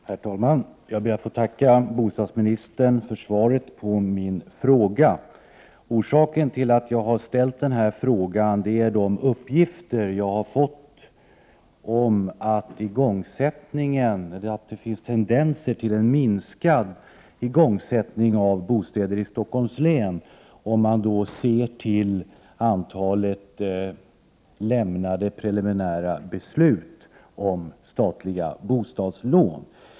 Herr talman! Jag ber att få tacka bostadsministern för svaret på min fråga. Orsaken till att jag framställde denna fråga är att jag har fått uppgifter om att det finns tendenser till en minskad igångsättning av byggandet av bostäder i Stockholms län — om man ser till antalet preliminära beslut om statliga bostadslån.